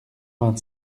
vingt